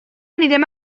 anirem